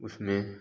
उसमें